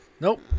Nope